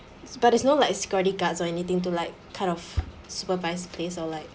but there's no like security guards or anything to like kind of supervise the place or like